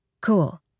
Cool